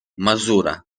mazura